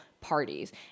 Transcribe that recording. parties